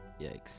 Yikes